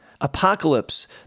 Apocalypse